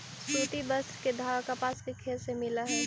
सूति वस्त्र के धागा कपास के खेत से मिलऽ हई